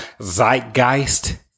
Zeitgeist